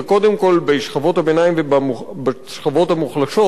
וקודם כול בשכבות הביניים ובשכבות המוחלשות,